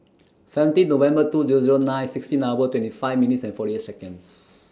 seventeen November two Zero Zero nine sixteen hours twenty five minutes and forty eight Seconds